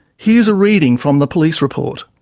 here's a reading from the police report.